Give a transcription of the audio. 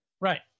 Right